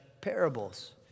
parables